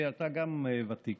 אתה גם ותיק,